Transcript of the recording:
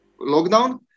lockdown